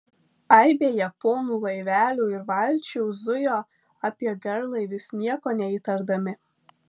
aibė japonų laivelių ir valčių zujo apie garlaivius nieko neįtardami